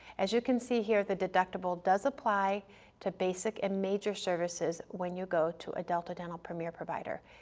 as you can see here, the deductible does apply to basic and major services when you go to a delta dental premier provider,